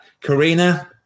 Karina